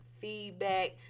feedback